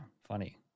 Funny